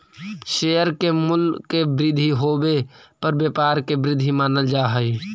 share के मूल्य के वृद्धि होवे पर व्यापार के वृद्धि मानल जा हइ